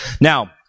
now